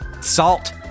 Salt